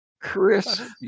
Chris